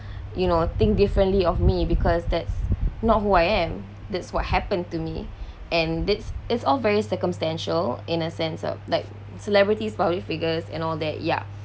you know think differently of me because that's not who I am that's what happened to me and this it's all very circumstantial in a sense of like celebrities public figures and all that ya